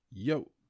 Yo